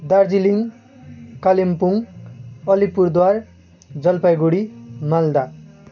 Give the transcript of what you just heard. Darjeeling Kalimpong Alipurduar Jalpaiguri Malda